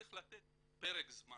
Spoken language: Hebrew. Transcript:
צריך לתת פרק זמן